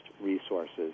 resources